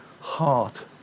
heart